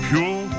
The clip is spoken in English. Pure